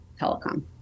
telecom